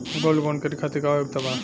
Gold bond करे खातिर का योग्यता बा?